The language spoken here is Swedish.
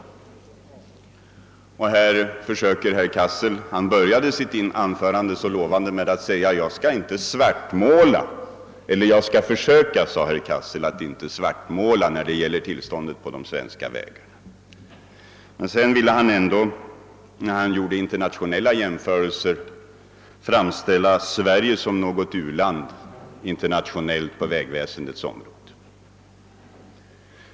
Herr Cassel började sitt anförande så lovande med att säga att han skulle försöka att inte svartmåla tillståndet på de svenska vägarna, men när han gjorde internationella jämförelser ville han ändå framställa Sverige som ett u-land på vägväsendets område.